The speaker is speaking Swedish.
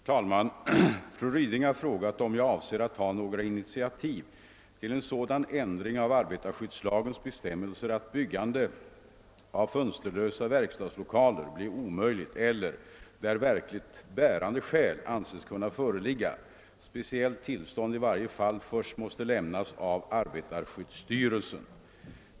Herr talman! Fru Ryding har frågat om jag avser att ta några initiativ till en sådan ändring av arbetarskyddslagens bestämmelser att byggande av fönsterlösa verkstadslokaler blir omöjligt eller — där verkligt bärande skäl anses föreligga — speciellt tillstånd i varje enskilt fall först måste lämnas av arbetarskyddsstyrelsen.